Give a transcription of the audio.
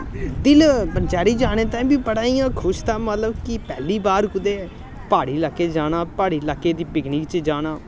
दिल पंचैरी जाने ताईं बी बड़ा इ'यां खुश था मतलब कि पैह्ली बार कुदै प्हाड़ी लाके च जाना प्हाड़ी लाके दी पिकनिक च जाना